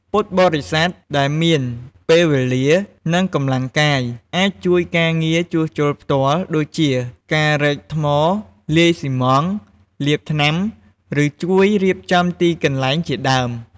ពុទ្ធបរិស័ទដែលមានពេលវេលា និងកម្លាំងកាយ អាចជួយការងារជួសជុលផ្ទាល់ ដូចជា ការរែកថ្ម លាយស៊ីម៉ងត៍ លាបថ្នាំ ឬជួយរៀបចំទីកន្លែងជាដើម។